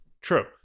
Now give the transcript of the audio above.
true